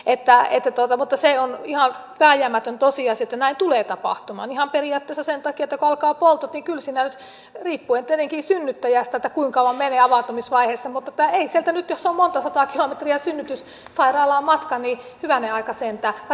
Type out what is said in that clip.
että etätyötä mutta onneksi vielä ihan vääjäämätön tosiasia että näin tulee tapahtumaan ihan periaatteessa sen takia että kun alkaa poltot niin ei sieltä nyt riippuen tietenkin synnyttäjästä kuinka kauan menee avautumisvaiheessa jos on monta sataa kilometriä synnytyssairaalaan matkaa niin hyvänen aika sentään